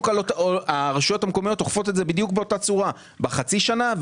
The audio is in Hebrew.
כי הרשויות המקומיות אוכפות את זה באותה הצורה; בחצי שנה,